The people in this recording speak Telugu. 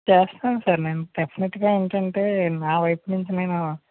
చేస్తాను సార్ నేను డెఫనెట్గా ఏంటంటే నా వైపు నుంచి నేను